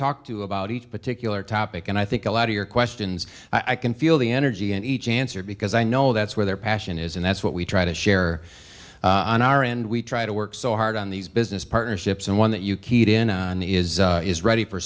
talk to about each particular topic and i think a lot of your questions i can feel the energy and each answer because i know that's where their passion is and that's what we try to share on our end we try to work so hard on these business partnerships and one that you keyed in on is is ready for